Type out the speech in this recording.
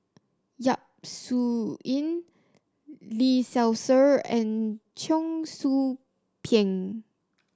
Yap Su Yin Lee Seow Ser and Cheong Soo Pieng